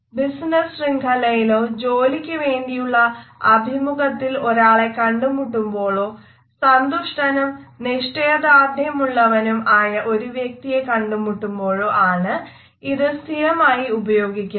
business ശൃംഖലയിലോ ജോലിക്കു വേണ്ടിയുള്ള അഭിമുഖത്തിൽ ഒരാളെ കണ്ടുമുട്ടുമ്പോളോ സന്തുഷ്ടനും നിശ്ചയദാർട്യമുള്ളവനും ആയ ഒരു വ്യക്തിയെ കണ്ടുമുട്ടുമ്പോളോ ആണ് ഇത് സ്ഥിരമായി ഉപയോഗിക്കുന്നത്